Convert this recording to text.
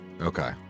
Okay